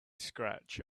scratch